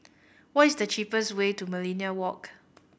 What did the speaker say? what is the cheapest way to Millenia Walk